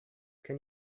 can